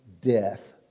death